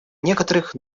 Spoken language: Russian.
некоторых